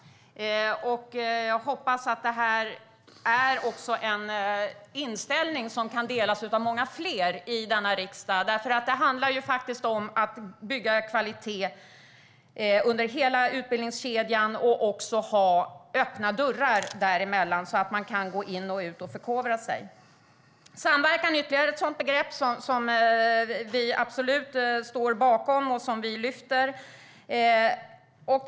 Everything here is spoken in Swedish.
Jag hoppas att detta är en inställning som kan delas av många fler i denna riksdag. Det handlar om att bygga kvalitet under hela utbildningskedjan och ha öppna dörrar, så att man kan gå in och ut och förkovra sig. Samverkan är ytterligare ett begrepp som vi absolut står bakom och som vi lyfter fram.